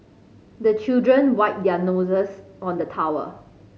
the children wipe their noses on the towel